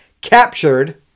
captured